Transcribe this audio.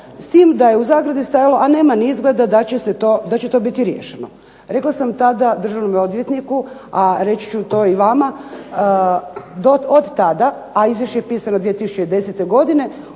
s tim da je u zagradi stajalo a nema ni izgleda da će to biti riješeno. Rekla sam tada državnom odvjetniku, a reći ću to i vama, od tada, a izvješće je pisano 2010. godine